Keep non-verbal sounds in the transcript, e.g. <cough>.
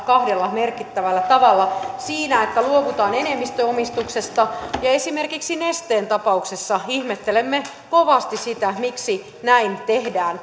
kahdella merkittävällä tavalla siinä että luovutaan enemmistöomistuksesta ja esimerkiksi nesteen tapauksessa ihmettelemme kovasti sitä miksi näin tehdään <unintelligible>